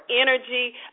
energy